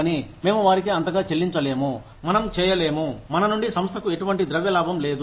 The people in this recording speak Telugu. కానీ మేము వారికి అంతగా చెల్లించలేము మనం చేయలేము మన నుండి సంస్థకు ఎటువంటి ద్రవ్య లాభం లేదు